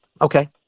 Okay